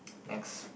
next